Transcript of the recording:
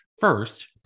First